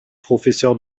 professeure